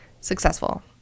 successful